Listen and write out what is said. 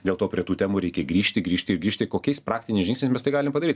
dėl to prie tų temų reikia grįžti grįžti ir grįžti kokiais praktiniais žingsniais mes tai galim padaryt